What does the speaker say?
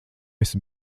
esi